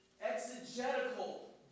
exegetical